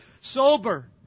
sober